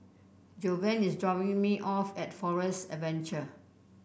Jovan is dropping me off at Forest Adventure